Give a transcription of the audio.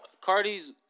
Cardi's